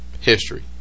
history